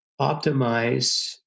optimize